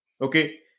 Okay